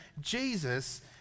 Jesus